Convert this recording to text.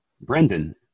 Brendan